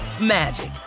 magic